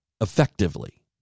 effectively